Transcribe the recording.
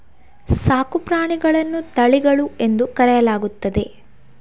ಸಾಕು ಪ್ರಾಣಿಗಳನ್ನು ತಳಿಗಳು ಎಂದು ಕರೆಯಲಾಗುತ್ತದೆ